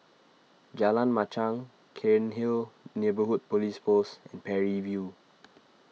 Jalan Machang Cairnhill Neighbourhood Police Post and Parry View